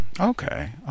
Okay